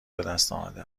بهدستآمده